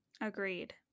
Agreed